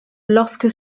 lorsque